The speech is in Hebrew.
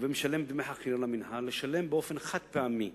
ומשלם דמי חכירה למינהל, לשלם באופן חד-פעמי